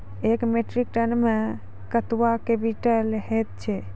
एक metric ton मे कतवा क्वींटल हैत छै?